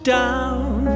down